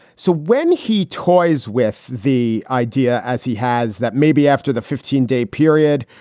so when he toys with the idea, as he has, that maybe after the fifteen day period,